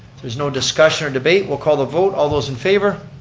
there's no discussion or debate, we'll call the vote. all those in favor?